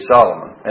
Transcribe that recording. Solomon